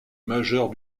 majeure